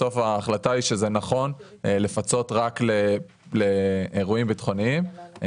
בסוף ההחלטה היא שזה נכון לפצות רק לאירועים ביטחוניים.